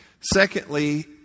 Secondly